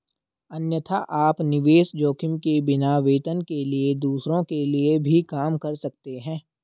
अन्यथा, आप निवेश जोखिम के बिना, वेतन के लिए दूसरों के लिए भी काम कर सकते हैं